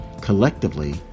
collectively